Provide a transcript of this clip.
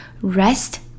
rest